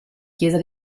chiesa